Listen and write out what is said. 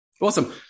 Awesome